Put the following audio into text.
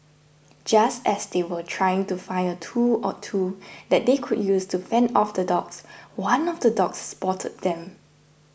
just as they were trying to find a tool or two that they could use to fend off the dogs one of the dogs spotted them